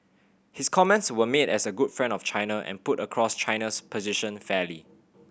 his comments were made as a good friend of China and put across China's position fairly